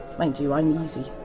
mind you, i'm easy.